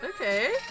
Okay